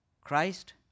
Christ